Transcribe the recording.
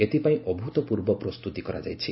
ଏଥିପାଇଁ ଅଭୃତ୍ପୂର୍ବ ପ୍ରସ୍ତୁତି କରାଯାଇଛି